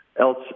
else